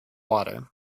water